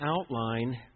outline